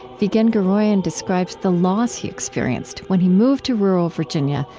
vigen guroian describes the loss he experienced when he moved to rural virginia,